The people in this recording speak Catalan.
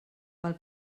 pel